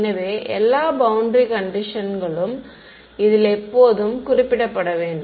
எனவே எல்லா பௌண்டரி கண்டிஷன்ஸ்களும் இதில் எப்போதும் குறிப்பிடப்பட வேண்டும்